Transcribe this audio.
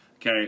okay